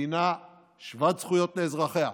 מדינה שוות זכויות לאזרחיה,